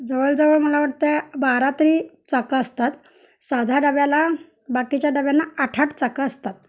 जवळ जवळ मला वाटतं बारा तरी चाकं असतात साध्या डब्याला बाकीच्या डब्यांना आठ आठ चाकं असतात